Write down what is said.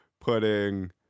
putting